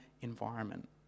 environment